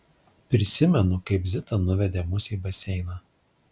prisimenu kaip zita nuvedė mus į baseiną